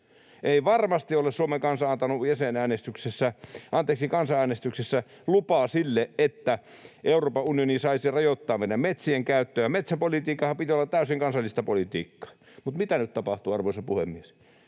Ei varmasti ole Suomen kansa antanut kansanäänestyksessä lupaa sille, että Euroopan unioni saisi rajoittaa meidän metsienkäyttöä. Metsäpolitiikanhan piti olla täysin kansallista politiikkaa. Mutta mitä nyt tapahtuu, arvoisa puhemies?